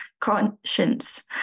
Conscience